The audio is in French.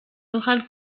oral